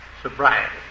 Sobriety